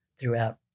throughout